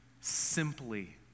simply